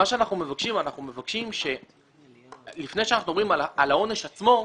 אנחנו מבקשים שלפני שאנחנו מדברים על העונש עצמו,